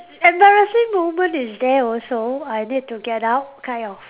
embarassing moment is there also I need to get out kind of